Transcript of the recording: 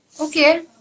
Okay